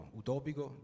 utopico